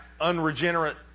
unregenerate